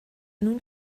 nun